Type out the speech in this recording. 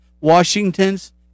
Washington's